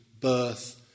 birth